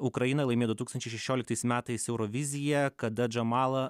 ukraina laimėjo du tūkstančiai šešioliktais metais euroviziją kada džamala